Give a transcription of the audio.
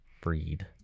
breed